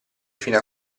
fino